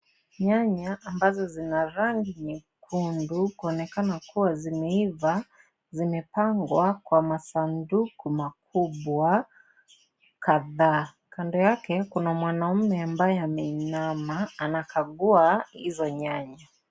Nyanya ambazo zina rangi nyekundu kuonekana kuwa zimeiva zimepangwa Kwa masanduku makubwa kadhaa Kando yake kuna mwanaume ambaye ameinama anakagua hizo nyanya.